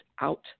out